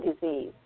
disease